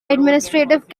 administrative